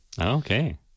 Okay